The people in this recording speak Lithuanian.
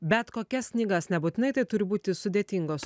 bet kokias knygas nebūtinai tai turi būti sudėtingos